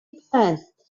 first